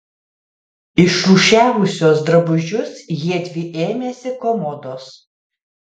išrūšiavusios drabužius jiedvi ėmėsi komodos